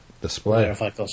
Display